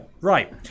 right